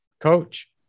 coach